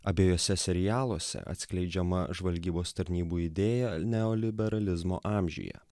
abiejuose serialuose atskleidžiama žvalgybos tarnybų idėja neoliberalizmo amžiuje